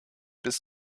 bis